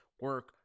Work